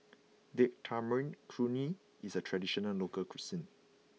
Date Tamarind Chutney is a traditional local cuisine